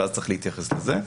ואז צריך להתייחס לזה,